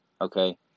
Okay